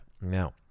now